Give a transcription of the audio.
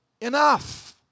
enough